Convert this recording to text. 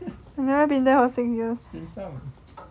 I've never been there for six years